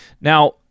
Now